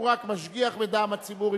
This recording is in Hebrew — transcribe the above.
הוא רק משגיח מטעם הציבור.